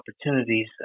opportunities